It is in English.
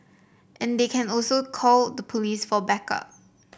and they can also call the police for backup